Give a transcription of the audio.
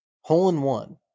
hole-in-one